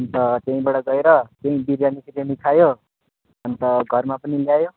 अन्त त्यहीँबाट गएर त्यहीँ बिरयानी सिरयानी खायो अन्त घरमा पनि ल्यायो